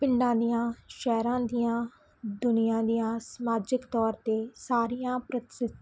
ਪਿੰਡਾਂ ਦੀਆਂ ਸ਼ਹਿਰਾਂ ਦੀਆਂ ਦੁਨੀਆ ਦੀਆਂ ਸਮਾਜਿਕ ਤੌਰ 'ਤੇ ਸਾਰੀਆਂ ਪ੍ਰਸਿੱਧ